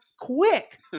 Quick